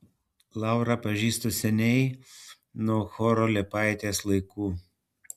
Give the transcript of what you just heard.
laurą pažįstu seniai nuo choro liepaitės laikų